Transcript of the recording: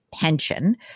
pension